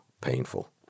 painful